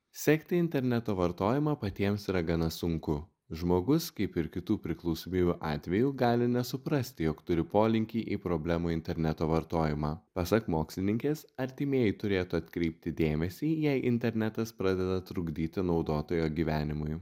sekti interneto vartojimą patiems yra gana sunku žmogus kaip ir kitų priklausomybių atveju gali nesuprasti jog turi polinkį į problemą interneto vartojimą pasak mokslininkės artimieji turėtų atkreipti dėmesį jei internetas pradeda trukdyti naudotojo gyvenimui